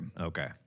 Okay